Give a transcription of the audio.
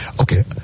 Okay